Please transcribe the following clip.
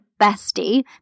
Bestie